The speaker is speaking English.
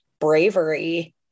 bravery